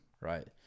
right